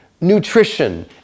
nutrition